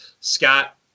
Scott